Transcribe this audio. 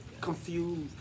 Confused